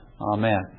Amen